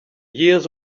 years